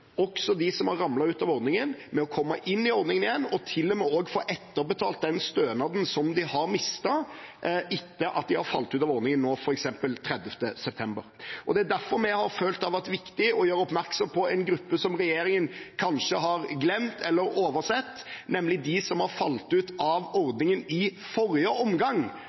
også de som har ramlet ut av ordningen, med å komme inn i ordningen igjen og til og med å få etterbetalt den stønaden som de har mistet etter at de nå har falt ut av ordningen, f.eks. etter 30. september. Det er derfor vi har følt at det har vært viktig å gjøre oppmerksom på en gruppe som regjeringen kanskje har glemt, eller oversett, nemlig de som falt ut av ordningen i forrige omgang